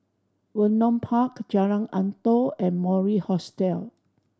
Vernon Park Jalan Antoi and Mori Hostel